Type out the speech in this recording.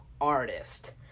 artist